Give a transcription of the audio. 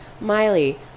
Miley